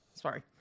Sorry